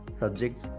subjects,